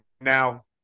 now